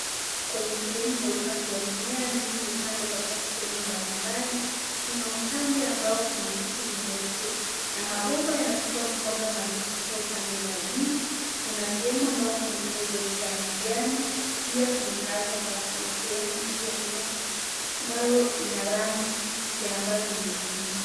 Kwenye sehemu ya upanzi wa mimea, mimea imepandwa katika sehemu mbalimbali. Kuna upande ambao kuna miti mirefu na mabomba yanatumiwa kumwanga maji kupitia upande wa juu. Kuna sehemu ambao kuna mimea iliyostawi ya kijani pia kuna mahali ambapo kuna sehemu iliyomea ambayo ina rangi ya ambayo ni nyekundu.